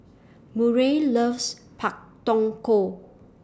Murray loves Pak Thong Ko